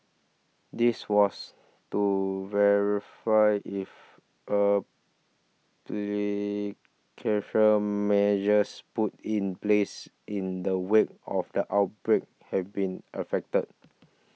this was to verify if pre measures put in place in the wake of the outbreak have been effective